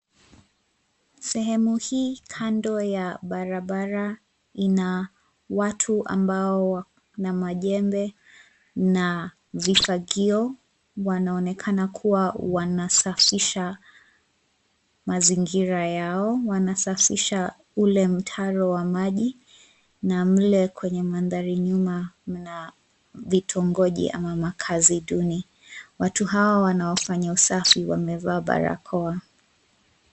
Sehemu hii, kando ya barabara, ina, watu ambao, wana majembe, na, vifagio, wanaonekana kuwa wanasafisha, mazingira yao wanasafisha, ule mtaro wa maji, na mle kwenye mandhari nyuma mna, vitongoji ama makaazi duni. Watu hawa wanaofanya usafi wamevaa barakoa.